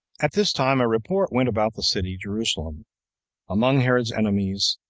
at this time a report went about the city jerusalem among herod's enemies,